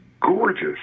gorgeous